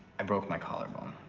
i broke my collar bone.